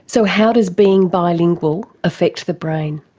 so how does being bilingual affect the brain?